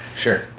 Sure